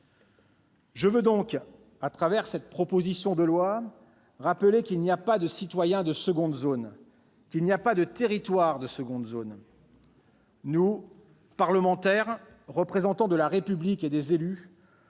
Je veux donc, à travers cette proposition de loi, rappeler qu'il n'y a pas de citoyens de seconde zone, qu'il n'y a pas de territoires de seconde zone. Exactement ! Nous, parlementaires, représentants de la République et des élus,